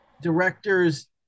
Directors